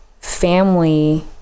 family